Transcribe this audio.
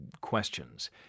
questions